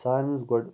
ساروز گۄڈٕ